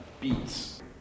beats